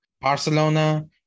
Barcelona